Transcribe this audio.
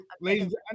ladies